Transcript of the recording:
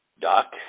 Doc